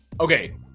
okay